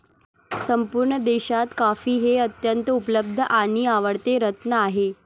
संपूर्ण देशात कॉफी हे अत्यंत उपलब्ध आणि आवडते रत्न आहे